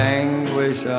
anguish